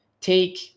take